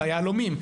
ליהלומים,